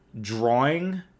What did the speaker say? drawing